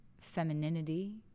femininity